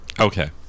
Okay